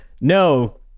No